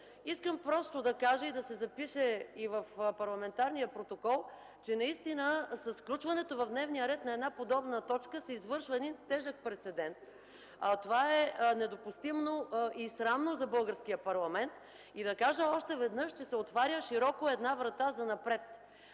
Искам просто да кажа и да се запише в парламентарния протокол, че наистина с включването в дневния ред на една подобна точка се извършва един тежък прецедент. Това е недопустимо и срамно за българския парламент. И да кажа още веднъж, че се отваря широко една врата занапред.